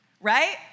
Right